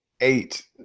Eight